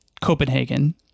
Copenhagen